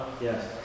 Yes